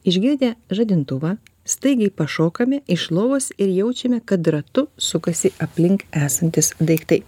išgirdę žadintuvą staigiai pašokame iš lovos ir jaučiame kad ratu sukasi aplink esantys daiktai